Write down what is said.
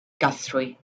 guthrie